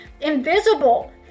invisible